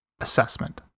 assessment